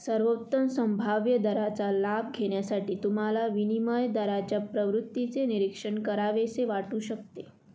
सर्वोत्तम संभाव्य दराचा लाभ घेण्यासाठी तुम्हाला विनिमय दराच्या प्रवृत्तीचे निरीक्षण करावेसे वाटू शकते